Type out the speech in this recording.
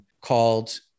called